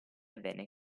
venne